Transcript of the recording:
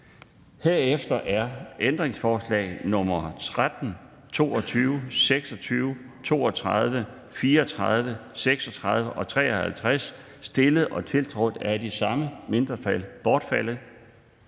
Herefter er ændringsforslag nr. 13, 22, 26, 32, 34, 36 og 53, stillet og tiltrådt af de samme mindretal, bortfaldet.